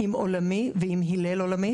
"עולמי" ו"הלל עולמי"